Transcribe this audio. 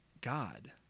God